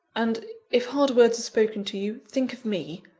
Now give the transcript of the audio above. and, if hard words are spoken to you, think of me.